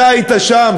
אתה היית שם.